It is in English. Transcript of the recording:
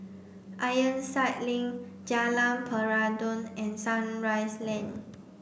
Ironside Link Jalan Peradun and Sunrise Lane